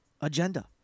agenda